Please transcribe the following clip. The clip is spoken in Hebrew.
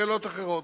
שאלות אחרות.